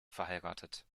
verheiratet